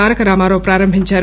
తారక రామారావు ప్రారంభించారు